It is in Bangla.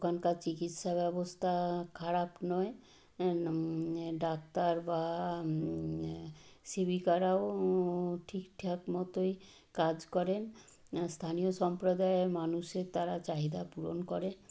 ওখানকার চিকিৎসা ব্যবস্থা খারাপ নয় ডাক্তার বা সেবিকারাও ঠিকঠাক মতোই কাজ করেন স্থানীয় সম্প্রদায়ের মানুষের তারা চাহিদা পূরণ করে